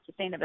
sustainability